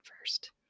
first